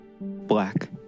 Black